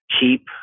keep